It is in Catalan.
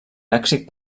lèxic